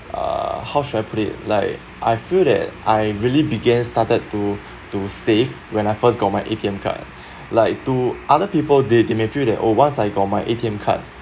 uh how should I put it like I feel that I really began started to to save when I first got my A_T_M card like to other people they they may feel that oh once I got my A_T_M card